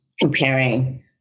comparing